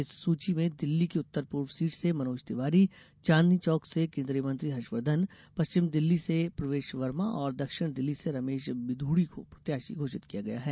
इस सूची में दिल्ली की उत्तर पूर्व सीट से मनोज तिवारी चांदनी चौक से केंद्रीय मंत्री हर्षवर्धन पश्चिम दिल्ली से प्रवेश वर्मा और दक्षिण दिल्ली से रमेश बिधूड़ी को प्रत्याशी घोषित किया है